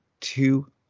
two